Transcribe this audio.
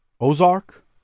Ozark